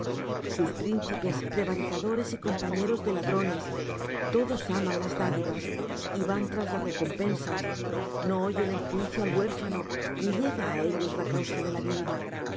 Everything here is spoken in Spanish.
tus príncipes prevaricadores y compañeros de ladrones todos aman las dádivas y van tras las recompensas no oyen en juicio al huérfano ni llega a ellos la causa de la viuda